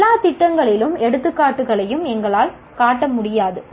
எல்லா திட்டகளின் எடுத்துக்காட்டுகளையும் எங்களால் காட்ட முடியாது